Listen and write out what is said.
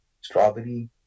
strawberry